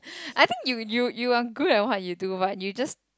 I think you you you are good at what you do but you just